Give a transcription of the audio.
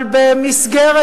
אבל במסגרת